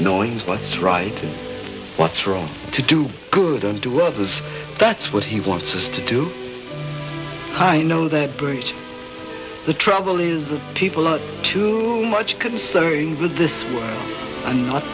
knowing what's right what's wrong to do good unto others that's what he wants us to do you know that brings the trouble is that people are too much concerned with this and not